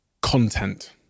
content